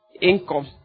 income